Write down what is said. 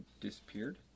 disappeared